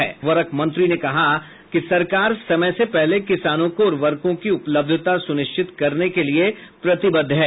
रसायन और उर्वरक मंत्री ने कहा है कि सरकार समय से पहले किसानों को उर्वरकों की उपलब्धता सुनिश्चित करने के लिए प्रतिबद्ध है